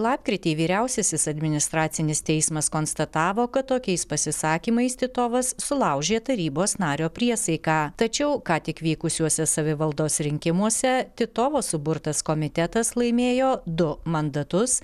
lapkritį vyriausiasis administracinis teismas konstatavo kad tokiais pasisakymais titovas sulaužė tarybos nario priesaiką tačiau ką tik vykusiuose savivaldos rinkimuose titovo suburtas komitetas laimėjo du mandatus